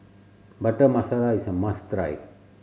Butter Masala is a must try